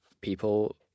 people